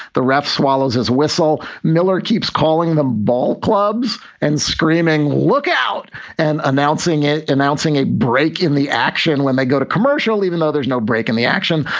the ref swallows his whistle. miller keeps calling them ball clubs and screaming look out and announcing it, announcing a break in the action when they go to commercial, even though there's no break in the action.